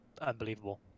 unbelievable